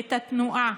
את התנועה,